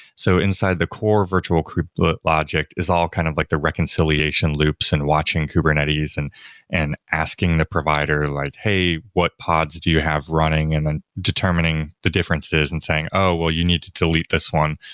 so inside the core virtual kubelet logic is all kind of like the reconciliation loops and watching kubernetes and and asking the provider like hey, what pods do you have running? and then determining the differences and saying, oh, well you need to to leave this one.